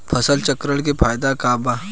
फसल चक्रण के फायदा का बा?